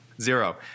Zero